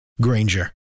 Granger